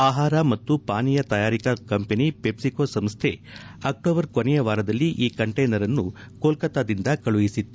ಆಹಾರ ಮತ್ತು ಪಾನೀಯ ತಯಾರಿಕಾ ಕಂಪನಿ ಪೆಪ್ಪಿಕೊ ಸಂಸ್ದೆ ಅಕ್ಟೋಬರ್ ಕೊನೆಯ ವಾರದಲ್ಲಿ ಈ ಕಂಟೈನರ್ಅನ್ನು ಕೊಲ್ಲ ತ್ನಾದಿಂದ ಕಳುಹಿಸಿತ್ತು